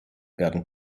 werden